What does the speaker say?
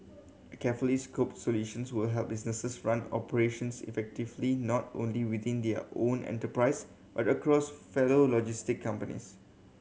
carefully scoped solutions will help businesses run operations effectively not only within their own enterprise but across fellow logistic companies